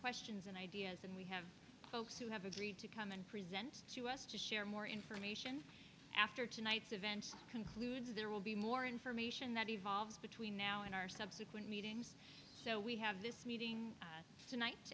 questions and ideas and we have folks who have agreed to come and present to us to share more information after tonight's event concludes there will be more information that evolves between now and our subsequent meetings so we have this meeting tonight